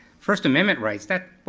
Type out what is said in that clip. first amendment rights, that, what,